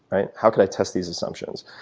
right. how could i test these assumptions?